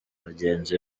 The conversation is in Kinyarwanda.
bagenzi